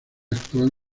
actual